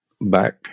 back